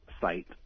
site